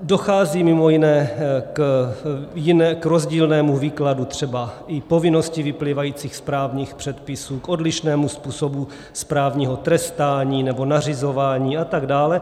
Dochází mimo jiné k rozdílnému výkladu třeba i povinností vyplývajících z právních předpisů, k odlišnému způsobu správního trestání nebo nařizování atd.